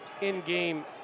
in-game